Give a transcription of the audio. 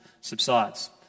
subsides